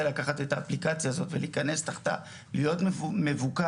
לקחת את האפליקציה הזאת ולהיכנס תחתה ולהיות מבוקר,